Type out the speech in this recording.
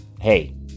hey